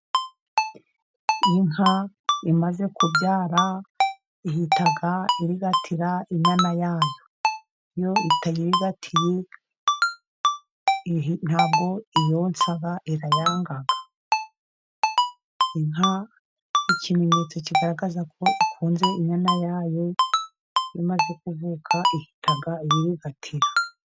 Inka imaze kubyara ihita irigatira inyana yayo. Iyo itayirigatiye ntabwo iyonsa irayanga. Inka ikimenyetso kigaragaza ko ikunze inyana ya yo, iyo imaze kuvuka, ihita iyirigatira.